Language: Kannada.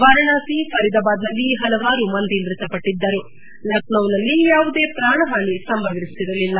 ವಾರಾಣಸಿ ಫರೀದಾಬಾದ್ನಲ್ಲಿ ಪಲವಾರು ಮಂದಿ ಮೃತಪಟ್ಟದ್ದರು ಲಖನೌನಲ್ಲಿ ಯಾವುದೇ ಪ್ರಾಣಹಾನಿ ಸಂಭವಿಸಿರಲಿಲ್ಲ